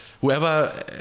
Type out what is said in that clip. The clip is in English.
whoever